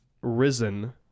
risen